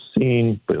seen